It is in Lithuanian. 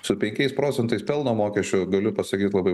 su penkias procentais pelno mokesčio galiu pasakyt labai